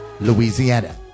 Louisiana